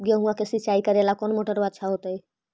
गेहुआ के सिंचाई करेला कौन मोटरबा अच्छा होतई?